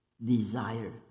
desire